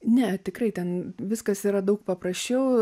ne tikrai ten viskas yra daug paprasčiau